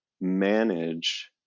manage